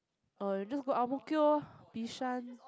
oh just go Ang-Mo-Kio orh Bishan